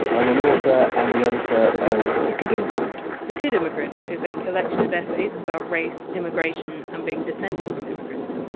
i'm an author and the editor of the good immigrant the good immigrant is a collection of essays about race, immigration and being descended from immigrants,